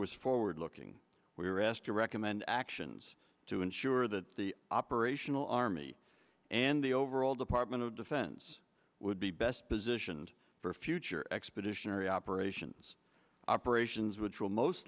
was forward looking we were asked to recommend actions to ensure that the operational army and the overall department of defense would be best positioned for future expeditionary operations operations which will most